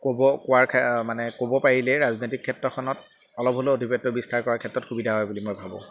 ক'ব কোৱাৰ মানে ক'ব পাৰিলেই ৰাজনৈতিক ক্ষেত্ৰখনত অলপ হ'লেও অধিপত্য বিস্তাৰ কৰাৰ ক্ষেত্ৰত সুবিধা হয় বুলি মই ভাবোঁ